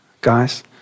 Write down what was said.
guys